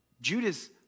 Judas